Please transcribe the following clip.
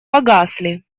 погасли